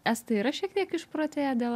estai yra šiek tiek išprotėję dėl